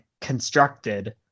constructed